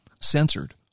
censored